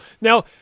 Now